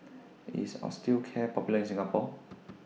IS Osteocare Popular in Singapore